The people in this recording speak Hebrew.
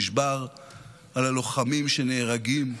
נשבר על הלוחמים שנהרגים,